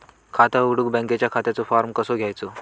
खाता उघडुक बँकेच्या खात्याचो फार्म कसो घ्यायचो?